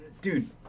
dude